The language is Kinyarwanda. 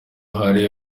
hari